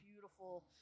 beautiful